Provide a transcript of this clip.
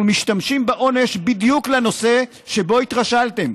אנחנו משתמשים בעונש בדיוק לנושא שבו התרשלתם,